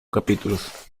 capítulos